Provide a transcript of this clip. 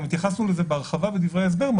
וגם התייחסנו לזה בהרחבה בדברי ההסבר.